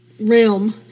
Realm